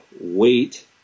wait